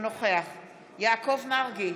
אינו נוכח יעקב מרגי,